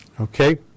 Okay